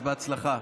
אז בהצלחה.